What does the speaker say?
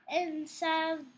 inside